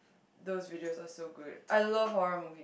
those videos are so good I love horror movie